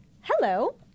hello